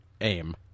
aim